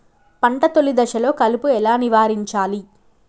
పంట తొలి దశలో కలుపు ఎలా నివారించాలి?